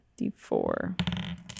D4